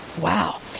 Wow